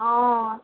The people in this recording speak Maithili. हँ